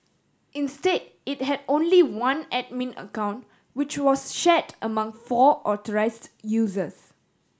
instead it had only one admin account which was shared among four authorised users